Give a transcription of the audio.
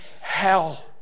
hell